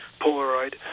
polaroid